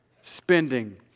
spending